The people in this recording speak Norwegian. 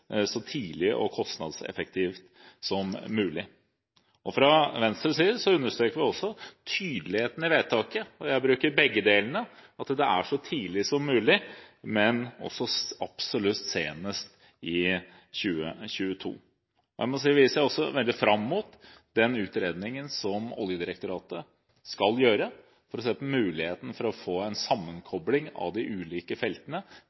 så tidlig og kostnadseffektivt som mulig. Fra Venstres side understreker vi også tydeligheten i vedtaket. Jeg bruker begge delene – at det er så raskt som mulig, men også absolutt senest i 2022. Vi ser også veldig fram til den utredningen som Oljedirektoratet skal gjøre for å se på muligheten for å få en sammenkobling av de ulike feltene